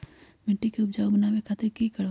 मिट्टी के उपजाऊ बनावे खातिर की करवाई?